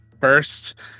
first